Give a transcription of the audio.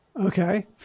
Okay